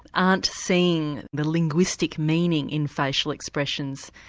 aren't seeing the linguistic meaning in facial expressions,